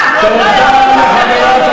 אתה לא יכול, תודה רבה.